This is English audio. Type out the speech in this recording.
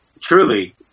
Truly